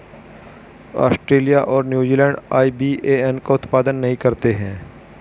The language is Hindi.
ऑस्ट्रेलिया और न्यूज़ीलैंड आई.बी.ए.एन का उपयोग नहीं करते हैं